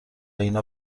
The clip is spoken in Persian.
اینا